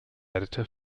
editor